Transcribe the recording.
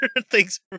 Thanks